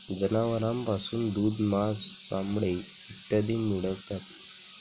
जनावरांपासून दूध, मांस, चामडे इत्यादी मिळतात